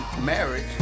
marriage